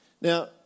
Now